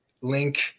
link